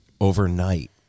Overnight